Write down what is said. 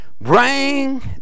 bring